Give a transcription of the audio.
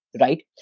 right